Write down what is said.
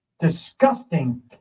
disgusting